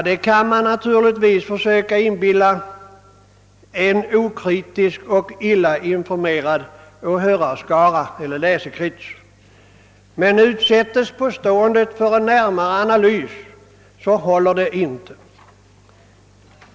Det kan man naturligtvis försöka inbilla en okritisk och illa informerad åhörarskara eller läsekrets, men utsättes påståendet för en ingående analys finner man att det inte håller.